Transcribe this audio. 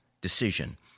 decision